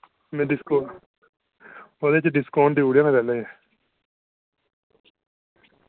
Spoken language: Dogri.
मैं डिस्काउंट ओह्दे च डिस्काउंट देई ओड़ेआ मैं पैह्ले